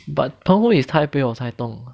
but 澎湖 is taipei or taidong